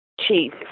chief